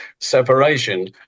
separation